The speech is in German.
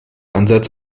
ansatz